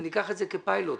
ניקח את זה כפיילוט.